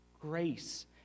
grace